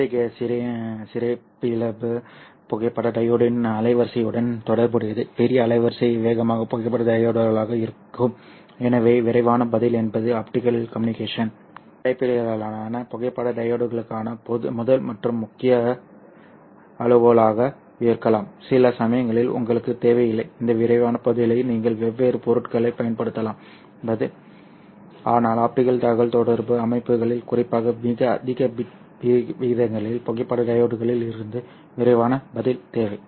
இத்தகைய சிறப்பியல்பு புகைப்பட டையோட்டின் அலைவரிசையுடன் தொடர்புடையது பெரிய அலைவரிசை வேகமாக புகைப்பட டையோட்களாக இருக்கும் எனவே விரைவான பதில் என்பது ஆப்டிகல் கம்யூனிகேஷன் அடிப்படையிலான புகைப்பட டையோட்களுக்கான முதல் மற்றும் முக்கிய முக்கிய அளவுகோலாக இருக்கலாம் சில சமயங்களில் உங்களுக்கு தேவையில்லை இந்த விரைவான பதிலை நீங்கள் வெவ்வேறு பொருட்களைப் பயன்படுத்தலாம் ஆனால் ஆப்டிகல் தகவல்தொடர்பு அமைப்புகளில் குறிப்பாக மிக அதிக பிட் விகிதங்களில் புகைப்பட டையோடில் இருந்து விரைவான பதில் தேவை